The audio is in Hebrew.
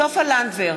בעד סופה לנדבר,